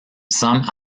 some